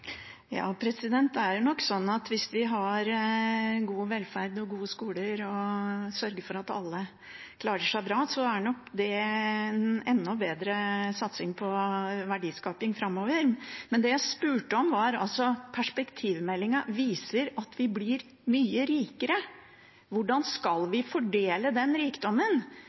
gode skoler og sørger for at alle klarer seg bra, er dét en enda bedre satsing på verdiskaping framover. Men det jeg spurte om, var: Perspektivmeldingen viser at vi blir mye rikere, hvordan skal vi fordele den